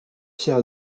fier